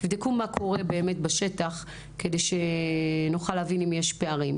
תבדקו מה קורה באמת בשטח כדי שנוכל להבין אם יש פערים.